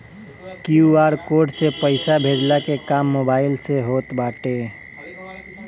QR code से पईसा भेजला के काम मोबाइल से होत बाटे